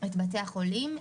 בתי החולים שלה.